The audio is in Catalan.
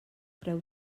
preu